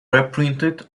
reprinted